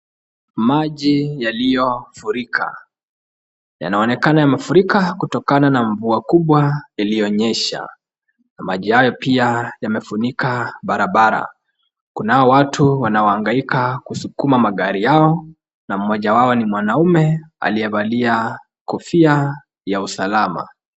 Maji yaliyo furika. Yanaonekana yamefurika kutokana na mvua kubwa iliyonyesha, na maji hayo pia yamefunika barabara. Kunao watu wanaohangaika kusukuma magari yao, na mmoja wao ni mwanaume aliyebalia kofia ya usalama.